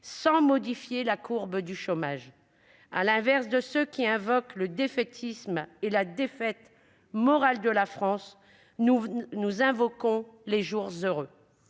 ait modifié la courbe du chômage. À l'inverse de ceux qui invoquent le défaitisme et la défaite morale de la France, nous prônons les jours heureux.